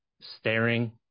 staring